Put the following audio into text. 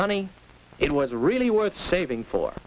honey it was really worth saving for